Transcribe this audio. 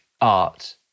art